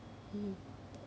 mm